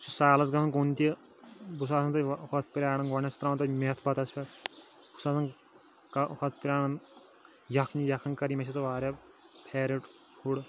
بٕہ چھُس سالَس گَسان کُن تِہ بٕہ چھُس آسان تَتہِ ہۄتھ پرارُن گۄدنیتھ چھ تراوان تَتہِ میٚتھ بَتس پٮ۪ٹھ بٕہ چھُس آسان کانٛہہ ہۄتھ پراران یَکھنہِ یکھٕنۍ کر یی مےٚ چھُ سُہ واریاہ فیورِٹ فُڈ